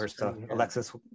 Alexis